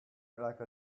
like